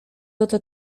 oto